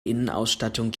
innenausstattung